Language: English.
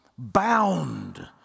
Bound